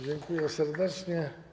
Dziękuję serdecznie.